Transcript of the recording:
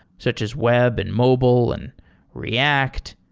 such as web and mobile and react.